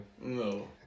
No